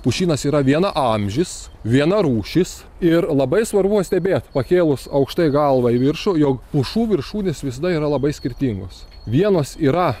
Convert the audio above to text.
pušynas yra vienaamžis vienarūšis ir labai svarbu stebėt pakėlus aukštai galvą į viršų jog pušų viršūnės visada yra labai skirtingos vienos yra